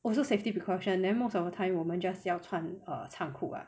我是 safety precaution then most of the time 我们 just 只要穿长裤 [what]